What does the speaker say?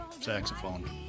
saxophone